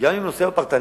גם הנושא הפרטני,